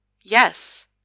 Yes